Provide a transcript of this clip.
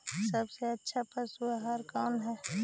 सबसे अच्छा पशु आहार कौन है?